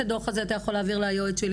את הדוח הזה אתה יכול להעביר ליועץ שלי,